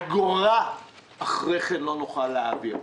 אגורה אחרי כן לא נוכל להעביר.